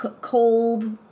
cold